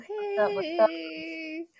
hey